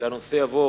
שהנושא יעלה